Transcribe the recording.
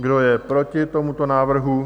Kdo je proti tomuto návrhu?